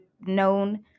known